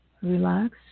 relax